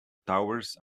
towers